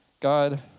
God